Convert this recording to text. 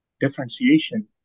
differentiation